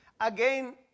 Again